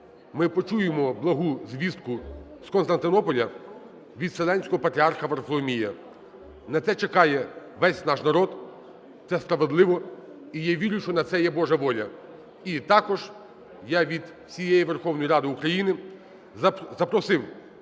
ми почуємо благу звістку з Константинополя від Вселенського патріарха Варфоломія. На це чекає весь наш народ, це справедливо, і я вірю, що на це є Божа воля. І також я від всієї Верховної Ради України запросив